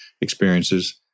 experiences